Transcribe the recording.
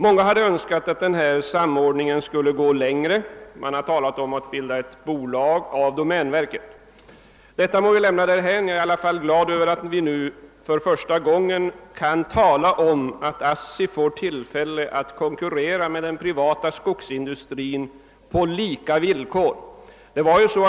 Många hade önskat att denna samordning skulle gå längre — man har talat om att bilda ett bolag av domänverket. Detta må vi lämna därhän. Jag är i alla fall glad över att vi nu för första gången kan säga att ASSI får tillfälle att konkurrera med den privata skogsindustrin på lika villkor.